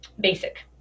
basic